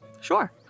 Sure